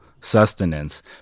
sustenance